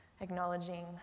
acknowledging